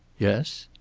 yes?